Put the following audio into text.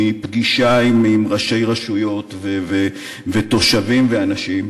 מפגישה עם ראשי רשויות ותושבים ואנשים,